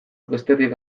besterik